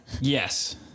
Yes